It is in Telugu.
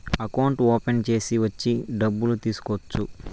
అకౌంట్లు ఓపెన్ చేసి వచ్చి డబ్బులు తీసుకోవచ్చు